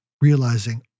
realizing